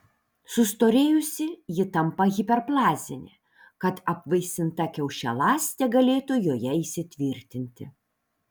sustorėjusi ji tampa hiperplazinė kad apvaisinta kiaušialąstė galėtų joje įsitvirtinti